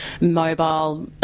mobile